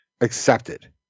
accepted